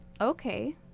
Okay